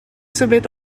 symud